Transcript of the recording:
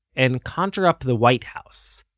and conjure up the white house,